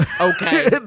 Okay